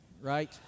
right